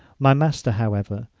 my master, however,